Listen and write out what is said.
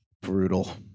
brutal